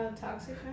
toxic